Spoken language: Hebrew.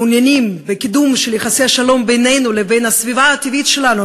ומעוניינים בקידום של יחסי שלום בינינו לבין הסביבה הטבעית שלנו,